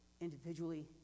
individually